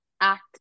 act